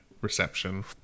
reception